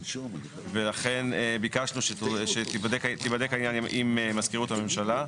ולכן, ביקשנו שייבדק העניין עם מזכירות הממשלה.